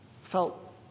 felt